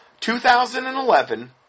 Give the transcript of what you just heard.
2011